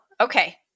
okay